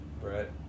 Brett